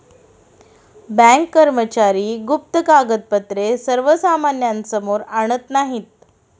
bank कर्मचारी गुप्त कागदपत्रे सर्वसामान्यांसमोर आणत नाहीत